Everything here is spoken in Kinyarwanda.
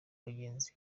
bagenzi